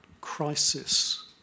crisis